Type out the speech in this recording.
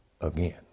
again